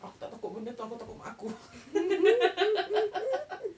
aku tak takut benda tu aku takut mak aku